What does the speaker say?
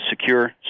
secure